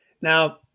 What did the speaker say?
Now